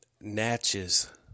Natchez